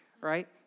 right